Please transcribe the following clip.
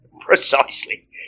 Precisely